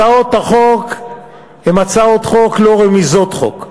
הצעות החוק הן הצעות חוק, לא רמיזות חוק.